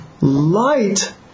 light